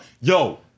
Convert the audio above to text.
yo